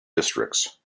districts